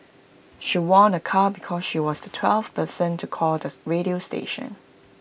she won A car because she was the twelfth person to call the radio station